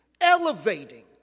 elevating